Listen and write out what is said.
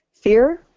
Fear